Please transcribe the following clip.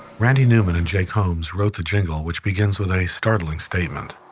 randy newman and jake holmes wrote a jingle, which begins with a startling statement.